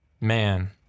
man